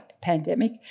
pandemic